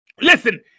Listen